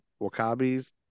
Wakabi's